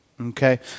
Okay